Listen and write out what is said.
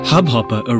Hubhopper